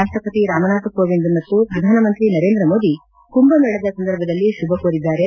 ರಾಷ್ಟಪತಿ ರಾಮ್ ನಾಥ್ ಕೋವಿಂದ್ ಮತ್ತು ಪ್ರಧಾನ ಮಂತ್ರಿ ನರೇಂದ್ರ ಮೋದಿ ಕುಂಭ ಮೇಳದ ಸಂದರ್ಭದಲ್ಲ ಶುಭ ಕೋಲಿದ್ದಾರೆ